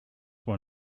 when